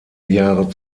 jahre